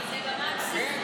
כן.